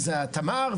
שזה התמר,